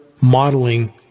modeling